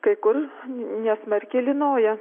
kai kur nesmarkiai lynoja